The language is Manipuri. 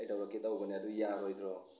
ꯀꯩꯗꯧꯔꯛꯀꯦ ꯇꯧꯕꯅꯦ ꯑꯗꯣ ꯌꯥꯔꯣꯏꯗ꯭ꯔꯣ